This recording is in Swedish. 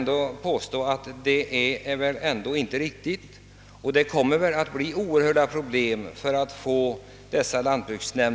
Det är väl ändå inte riktigt, och det kommer att medföra oerhörda problem.